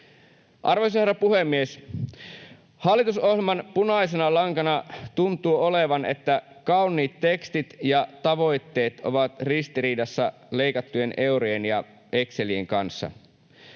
Arvoisa herra puhemies! Hallitusohjelman punaisena lankana tuntuu olevan, että kauniit tekstit ja tavoitteet ovat ristiriidassa leikattujen eurojen ja excelien kanssa.